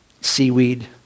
seaweed